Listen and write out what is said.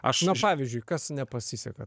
aš na pavyzdžiui kas nepasiseka